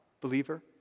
believer